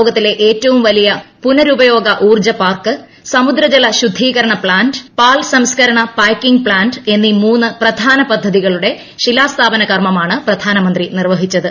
ലോകത്തിലെ ഏറ്റവും വലിയ പുനരുപയോഗ ഊർജ പാർക്ക് സമുദ്ര ജല് ശുദ്ധീകരണ പ്ലാന്റ് പാൽ സംസ്കരണ പായ്ക്കിംഗ് പ്ലാന്റ് എന്നീ മൂന്ന് പ്രധാന പദ്ധതികളുടെ ശിലാസ്ഥാപന ക്ർമ്മമാണ് പ്രധാനമന്ത്രി നിർവഹിച്ചത്